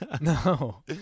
No